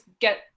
get